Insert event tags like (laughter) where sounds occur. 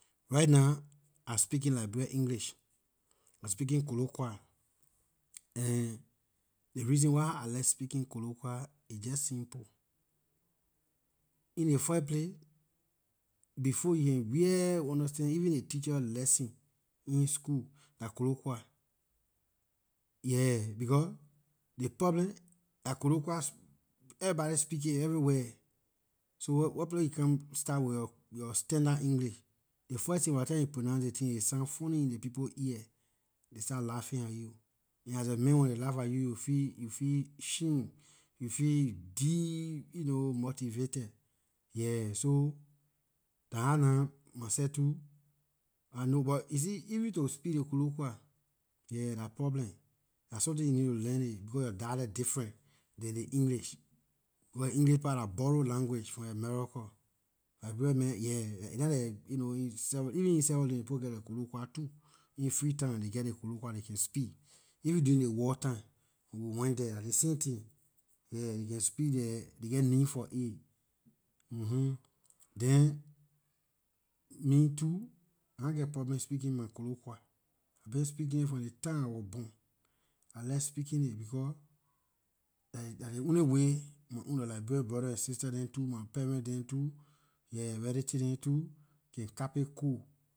Right now I speaking liberian english I speaking koloquoi and ley reason why I like speaking koloquoi aay jeh simple, in ley freh place before you can real understand even ley teacher lesson in school dah koloquoi, yeah becor ley problem dah koloquoi everybody speaking every where so wherplay you coming start with yor standard english ley first tin by ley time pronounce ley tin aay sound funny in ley people ear they start laughing at you and as a man when ley laugh at you you feel you feel shame you feel demotivated yeah so dah how nah my seh too I know buh you see even to speak ley koloquoi yeah dah problem dah something you need to learn it becor yor dialect different than ley english becor ley english pah dah borrow language from america, liberian man, yeah aay nah like (hesitation) you know in sierra (hesitation) even in sierra leone ley people geh their koloquoi too in freetown they geh ley koloquoi ley can speak even doing ley war time when we went there dah ley same tin, yeah, you can speak their ley geh name for it hmm then me too ahn geh problem speaking my koloquoi I been speaking it from ley time I wor born I like speaking it becor dah ley only way my ownlor liberian brothers and sisters dem too my parents dem too, yeah relative dem too can copy code